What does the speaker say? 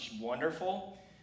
wonderful